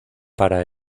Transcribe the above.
para